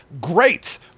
Great